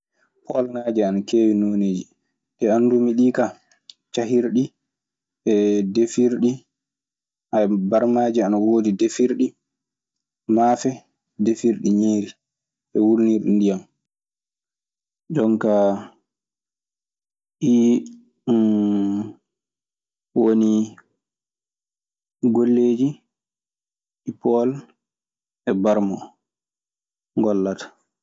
Polŋaaji ana keewi nooneeji, ɗi anndi mi ɗii kaa cahirɗi. E defirɗi; hayya ana woodi barmaaji defirɗi maafe, defirɗi ñiiri e ngulnirɗi ndiyam. Jonkaa ɗii woni golleeji bool e barma ngollata.